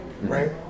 right